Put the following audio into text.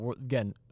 Again